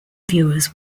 viewers